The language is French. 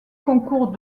concours